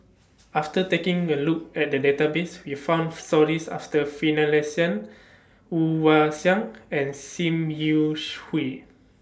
after taking A Look At The Database We found stories after Finlayson Woon Wah Siang and SIM YOU Hui